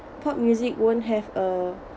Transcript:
pop music won't have a